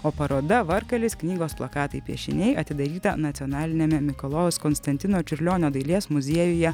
o paroda varkalis knygos plakatai piešiniai atidaryta nacionaliniame mikalojaus konstantino čiurlionio dailės muziejuje